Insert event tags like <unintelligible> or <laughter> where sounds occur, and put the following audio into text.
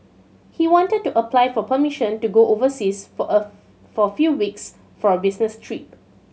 he wanted to apply for permission to go overseas for a <unintelligible> for few weeks from business trip